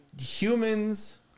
humans